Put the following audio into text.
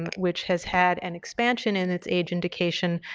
which has had an expansion in its age indication,